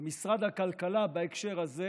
ומשרד הכלכלה בהקשר הזה